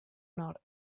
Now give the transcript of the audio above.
nord